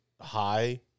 high